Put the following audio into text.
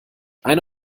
eine